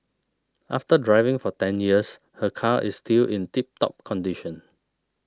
after driving for ten years her car is still in tip top condition